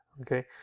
okay